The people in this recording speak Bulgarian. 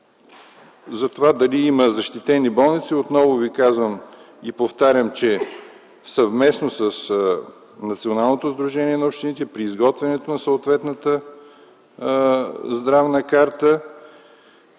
- дали има защитени болници, отново казвам и повтарям – съвместно с Националното сдружение на общините при изготвянето на съответната здравна карта